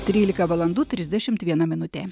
trylika valandų trisdešimt viena minutė